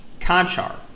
Conchar